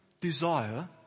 desire